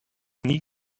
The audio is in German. nie